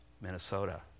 Minnesota